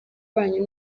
banyu